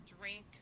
drink